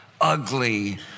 ugly